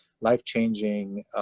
life-changing